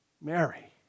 Mary